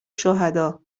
شهداء